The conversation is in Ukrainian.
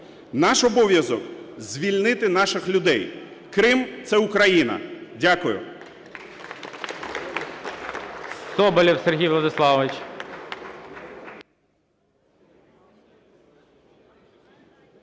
Наш обов'язок – звільнити наших людей. Крим – це Україна. Дякую.